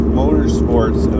motorsports